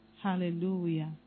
Hallelujah